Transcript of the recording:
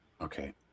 Okay